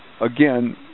again